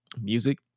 music